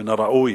מן הראוי